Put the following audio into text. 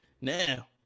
Now